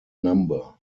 number